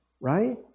right